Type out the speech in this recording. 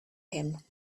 him